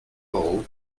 euro